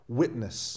witness